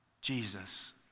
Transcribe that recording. Jesus